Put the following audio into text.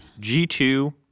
G2